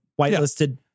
whitelisted